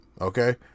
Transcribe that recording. okay